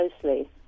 closely